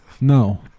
No